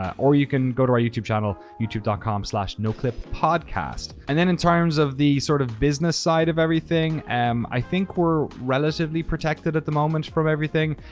or you can go to our youtube channel, youtube com noclippodcast. and then in terms of the sort of business side of everything, i think we're relatively protected at the moment from everything.